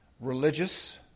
religious